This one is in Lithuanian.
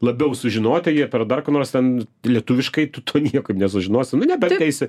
labiau sužinoti jie per dar ką nors ten lietuviškai tu to niekur nesužinosi nu nebent eisi